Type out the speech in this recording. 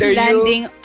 landing